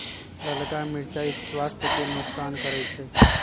ललका मिरचाइ स्वास्थ्य के नोकसान करै छइ